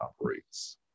operates